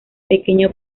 pequeño